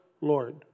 Lord